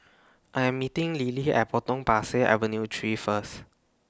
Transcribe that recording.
I Am meeting Lilly At Potong Pasir Avenue three First